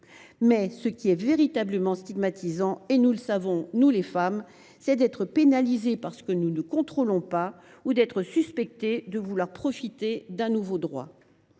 ce qui est véritablement stigmatisant, et nous le savons, nous les femmes, c’est d’être pénalisées en raison de ce que nous ne contrôlons pas ou d’être suspectées de vouloir profiter d’un nouveau droit.